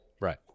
Right